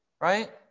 Right